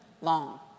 long